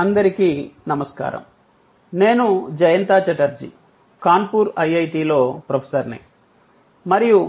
అందరికీ నమస్కారం నేను జయంత ఛటర్జీ కాన్పూర్ ఐఐటి లో ప్రొఫెసర్ ని మరియు